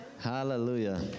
Hallelujah